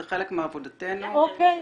זה חלק מעבודתנו --- הנה,